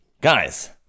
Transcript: guys